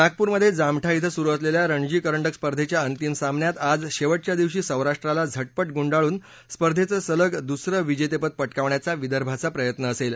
नागपूरमध्ये जामठा ब्रिं सुरू असलेला रणजी करंडक स्पर्धेच्या अंतिम सामन्यात आज शेवटच्या दिवशी सौराष्ट्राला झटपट गुंडाळून स्पर्धेचं सलग दुसरं विजेतपद पटकावण्याचा विदर्भाचा प्रयत्न असेल